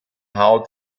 how